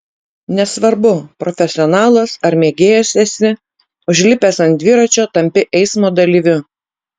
nesvarbu profesionalas ar mėgėjas esi užlipęs ant dviračio tampi eismo dalyviu